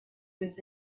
was